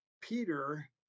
Peter